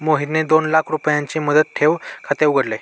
मोहितने दोन लाख रुपयांचे मुदत ठेव खाते उघडले